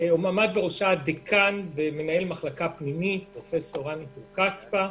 עמד בראשה פרופסור רני טור-כספא.